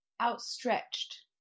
outstretched